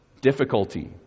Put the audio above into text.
difficulty